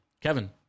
Kevin